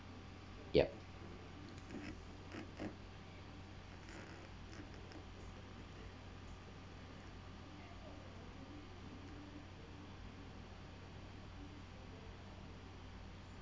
yup